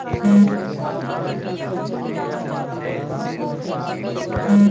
harvester से धान कअ कटाई बड़ा मुश्किल बाटे